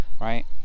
right